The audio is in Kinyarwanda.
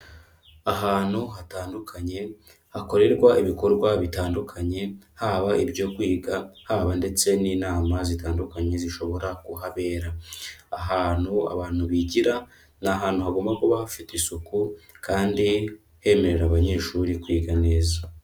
Ahantu hatandukanye hakorerwa ibikorwa bitandukanye, haba ibyo kwiga, haba ndetse n'inama zitandukanye zishobora kuhabera. Ahantu abantu bigira ni ahantu hagomba kuba hafite isuku kandi hemerera abanyeshuri kwiga neza.